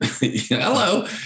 Hello